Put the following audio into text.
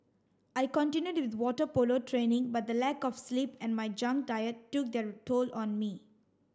I continued with water polo training but the lack of sleep and my junk diet took their toll on me